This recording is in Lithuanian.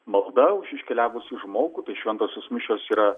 malda už iškeliavusį žmogų tai šventosios mišios yra